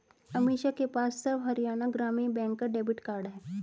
अमीषा के पास सर्व हरियाणा ग्रामीण बैंक का डेबिट कार्ड है